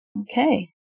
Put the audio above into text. Okay